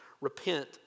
Repent